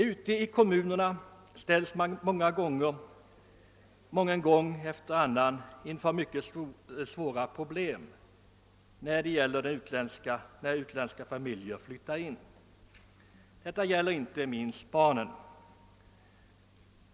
Ute i kommunerna ställs man mången gång inför mycket svåra problem när utländska familjer flyttar in. Dessa berör inte minst barnen.